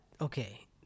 okay